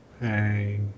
Hey